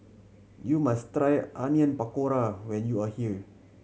you must try Onion Pakora when you are here